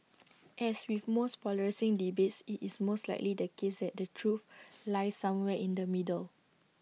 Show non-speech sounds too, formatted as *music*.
*noise* as with most polarising debates IT is most likely the case that the truth lies somewhere in the middle